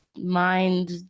mind